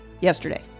Yesterday